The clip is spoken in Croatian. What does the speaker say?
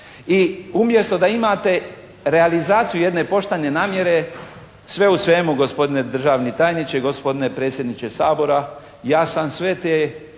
I umjesto da imate realizaciju jedne poštene namjere, sve u svemu gospodine državni tajniče, gospodine predsjedniče Sabora, ja sam sve te